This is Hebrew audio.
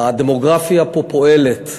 הדמוגרפיה פה פועלת.